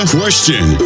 question